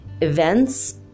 events